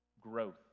growth